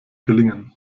gelingen